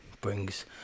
brings